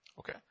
Okay